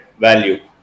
value